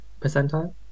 Percentile